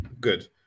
good